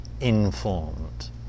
informed